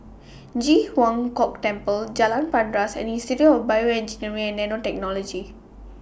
Ji Huang Kok Temple Jalan Paras and Institute of Bioengineering and Nanotechnology